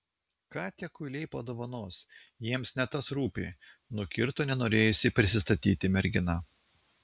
ką tie kuiliai padovanos jiems ne tas rūpi nukirto nenorėjusi prisistatyti mergina